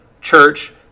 church